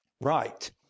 Right